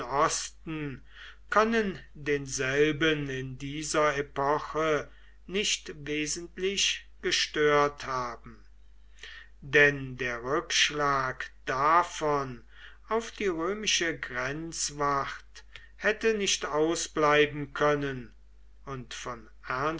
können denselben in dieser epoche nicht wesentlich gestört haben denn der rückschlag davon auf die römische grenzwacht hätte nicht ausbleiben können und von